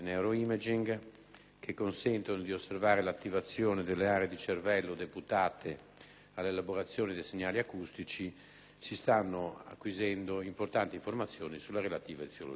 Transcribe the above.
che consentono di osservare l'attivazione delle aree del cervello deputate alla elaborazione dei segnali acustici, si stanno acquisendo importanti informazioni sulla relativa eziologia.